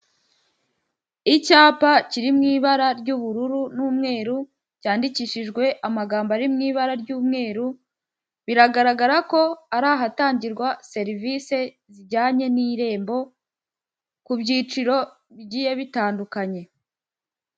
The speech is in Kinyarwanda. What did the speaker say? Icyapa kiri mu ibara ry'ubururu n'umweru, cyandikishijwe amagambo ari mu ibara ry'umweru, biragaragara ko ari ahatangirwa serivise zijyanye n'irembo, ku byiciro bigiye bitandukanye.